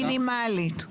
מינימלית.